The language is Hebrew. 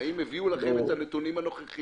האם יש שאלות לחברי הכנסת למשרד המשפטים